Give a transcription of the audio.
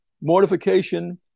mortification